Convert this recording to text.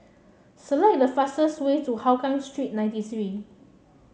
select the fastest way to Hougang Street ninety three